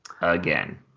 Again